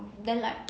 then like